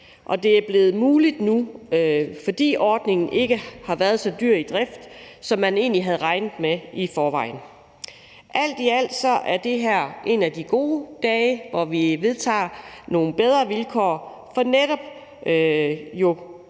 Det er blevet muligt nu, fordi ordningen ikke har været så dyr i drift, som man i forvejen havde regnet med. Alt i alt er det her en af de gode dage, hvor vi vedtager nogle bedre vilkår for